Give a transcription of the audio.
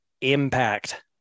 impact